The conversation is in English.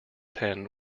pen